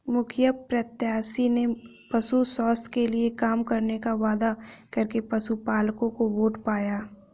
मुखिया प्रत्याशी ने पशु स्वास्थ्य के लिए काम करने का वादा करके पशुपलकों का वोट पाया